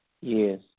Yes